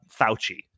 Fauci